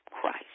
Christ